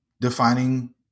defining